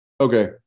Okay